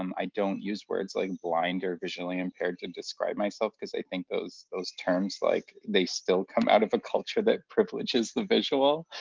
um i don't use words like blind or visually-impaired to describe myself cause i think those those terms, like, they still come out of a culture that privileges the visual,